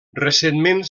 recentment